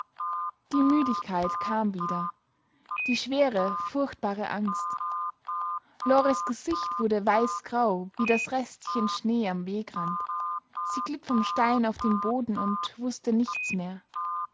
die müdigkeit kam wieder die schwere furchtbare angst lores gesicht wurde weißgrau wie das restchen schnee am wegrand sie glitt vom stein auf den boden und wußte nichts mehr